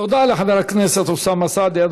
תודה לחבר הכנסת אוסאמה סעדי.